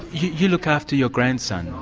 you look after your grandson,